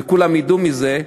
וכולם ידעו על זה,